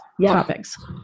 topics